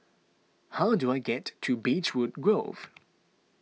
how do I get to Beechwood Grove